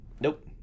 Nope